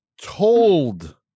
told